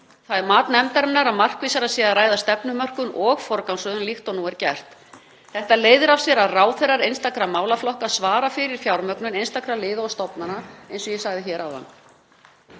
Það er mat nefndarinnar að markvissara sé að ræða stefnumörkun og forgangsröðun líkt og nú er gert. Þetta leiðir af sér að ráðherrar einstakra málaflokka svara fyrir fjármögnun einstakra liða og stofnana eins og ég sagði áðan.